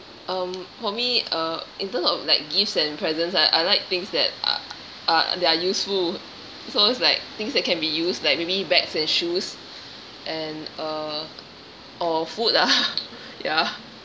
um for me uh in terms of like gifts and presents I I like things that uh are they're useful so it's like things that can be used like maybe bags and shoes and uh or food lah ya